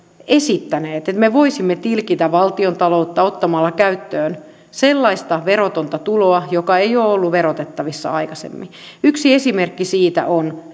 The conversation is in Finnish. esittäneet että me voisimme tilkitä valtiontaloutta ottamalla käyttöön sellaista verotonta tuloa joka ei ole ollut verotettavissa aikaisemmin yksi esimerkki siitä on